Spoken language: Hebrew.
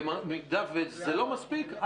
ואם זה לא מספיק,